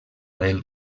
del